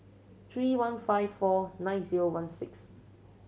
three one five four nine zero one six